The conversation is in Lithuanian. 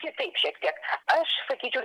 kitaip šiek tiek aš sakyčiau